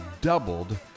doubled